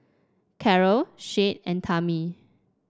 Carol Shade and Tami